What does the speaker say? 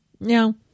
No